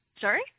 Sorry